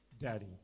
Daddy